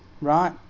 right